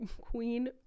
queen